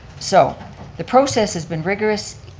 so the process has been rigorous,